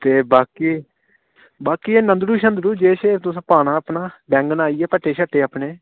ते बाकी बाकी एह् नन्दडू श्न्द्डू जे से तुसें पाना अपना बैंगन आई गे भट्ठे श्ट्ठे अपने